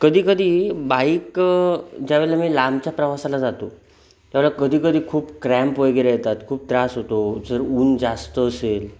कधीकधी बाईक ज्यावेळेला मी लांबच्या प्रवासाला जातो त्यावेळेला कधी कधी खूप क्रॅम्प वगैरे येतात खूप त्रास होतो जर ऊन जास्त असेल